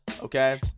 Okay